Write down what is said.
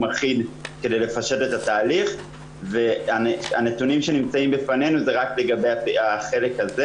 אחיד כדי לפשט את התהליך והנתונים שנמצאים בפנינו זה רק לגבי החלק הזה.